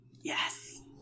yes